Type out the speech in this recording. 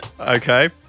Okay